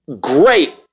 great